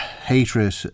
hatred